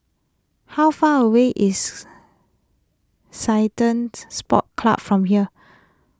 how far away is Ceylon's Sports Club from here